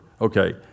Okay